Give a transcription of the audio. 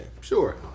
Sure